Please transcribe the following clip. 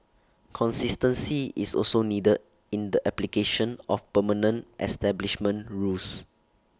consistency is also needed in the application of permanent establishment rules